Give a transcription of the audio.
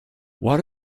what